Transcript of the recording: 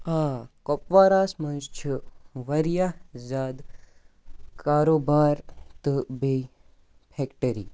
آ کۄپوارَہس منٛز چھِ واریاہ زیادٕ کارو بار تہٕ بیٚیہِ فیکٹٔری